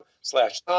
Slash